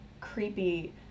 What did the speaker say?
creepy